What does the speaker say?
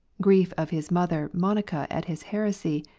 grief of his mother monnica at his heresy,